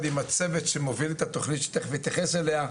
עם הצוות שמוביל את התוכנית שתיכף נתייחס אליה,